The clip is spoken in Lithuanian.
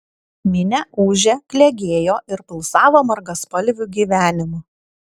minia ūžė klegėjo ir pulsavo margaspalviu gyvenimu